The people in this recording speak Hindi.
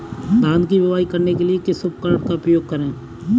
धान की बुवाई करने के लिए किस उपकरण का उपयोग करें?